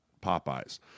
Popeye's